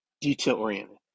detail-oriented